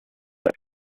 that